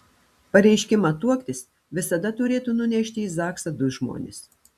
pareiškimą tuoktis visada turėtų nunešti į zaksą du žmonės